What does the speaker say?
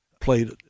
played